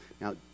now